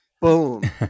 Boom